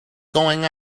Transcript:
going